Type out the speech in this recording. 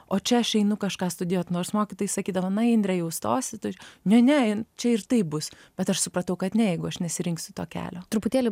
o čia aš einu kažką studijuot nors mokytojai sakydavo na indre jau stosi ne ne čia ir taip bus bet aš supratau kad ne jeigu aš nesirinksiu to kelio